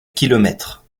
kilomètres